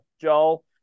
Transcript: Joel